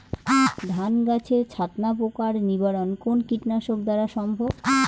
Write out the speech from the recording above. ধান গাছের ছাতনা পোকার নিবারণ কোন কীটনাশক দ্বারা সম্ভব?